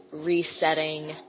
resetting